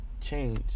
change